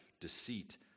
deceit